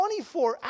24